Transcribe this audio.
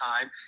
time